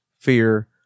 fear